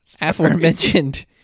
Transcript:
aforementioned